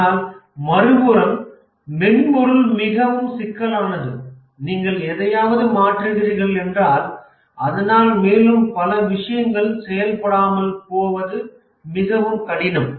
ஆனால் மறுபுறம் மென்பொருள் மிகவும் சிக்கலானது நீங்கள் எதையாவது மாற்றுகிறீர்கள் என்றால் அதனால் மேலும் பல விஷயங்கள் செயல்படாமல் போவது மிகவும் கடினம்